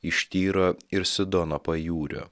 iš tyro ir sidono pajūrio